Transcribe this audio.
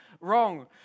wrong